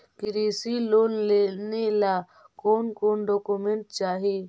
कृषि लोन लेने ला कोन कोन डोकोमेंट चाही?